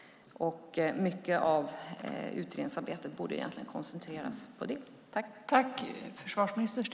Mycket av utredningsarbetet borde egentligen koncentreras på det.